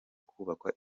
kubakwa